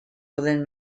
within